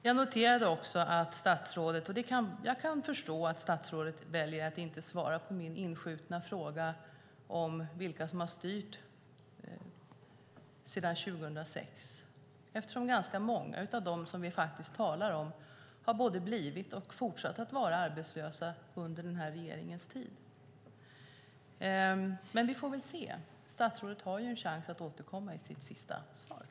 Jag kan förstå att statsrådet väljer att inte svara på min retoriska fråga beträffande vilka som styrt sedan 2006 eftersom ganska många av dem vi talar om både har blivit och fortsätter att vara arbetslösa under den nuvarande regeringens tid. Vi får väl se, statsrådet har ju möjlighet att återkomma i sitt sista inlägg.